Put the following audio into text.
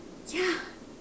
ya